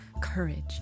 courage